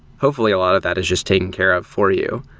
hopefully a lot of that is just taking care of for you.